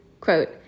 Quote